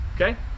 Okay